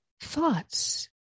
thoughts